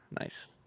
Nice